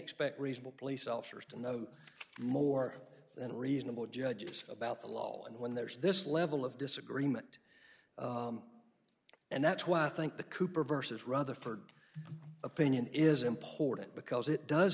expect reasonable police officers to know more than reasonable judges about the law and when there's this level of disagreement and that's why i think the cooper vs rather furred opinion is important because it does